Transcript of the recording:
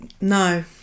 No